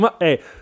Hey